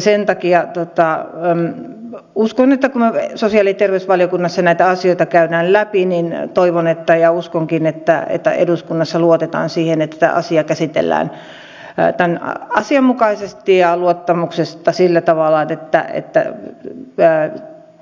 sen takia uskon ja toivon että kun sosiaali ja terveysvaliokunnassa näitä asioita käydään läpi niin ja toivon että ja uskonkin että että eduskunnassa luotetaan siihen että tämä asia käsitellään asianmukaisesti ja luottamuksellisesti sillä tavalla että